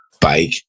bike